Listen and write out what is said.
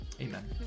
Amen